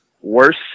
Worse